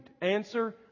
Answer